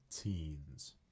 teens